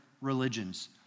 religions